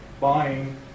buying